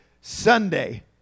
Sunday